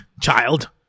child